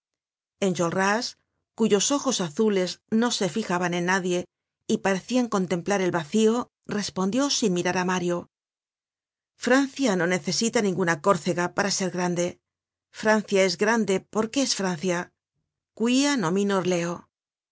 enjolras cuyos ojos azules no se fijaban en nadie y parecian contemplar el vacío respondió sin mirar á mario francia no necesita ninguna córcega para ser grande francia es grande porque es francia quid nominor leo